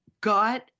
got